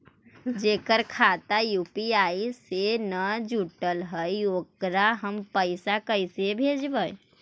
जेकर खाता यु.पी.आई से न जुटल हइ ओकरा हम पैसा कैसे भेजबइ?